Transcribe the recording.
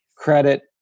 credit